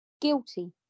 guilty